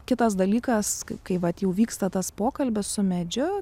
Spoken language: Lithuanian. kitas dalykas kai vat jau vyksta tas pokalbis su medžiu